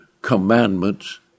Commandments